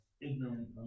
ignorant